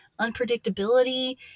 unpredictability